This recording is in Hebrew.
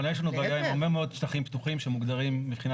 אבל יש לנו בעיה עם הרבה מאוד שטחים פתוחים שמוגדרים מבחינה